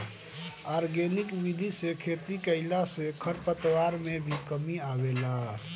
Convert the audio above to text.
organic विधि से खेती कईला से खरपतवार में भी कमी आवेला